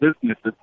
businesses